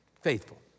faithful